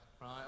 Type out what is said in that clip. right